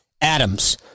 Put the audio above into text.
Adams